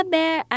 Bear